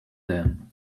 them